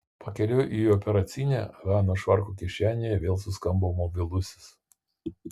pakeliui į operacinę hanos švarko kišenėje vėl suskambo mobilusis